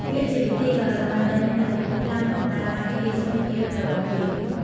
វាជាវិធីដ៏សាមញ្ញតែមានឥទ្ធិពលខ្លាំងក្នុងការការពារសុខភាពរបស់យើង។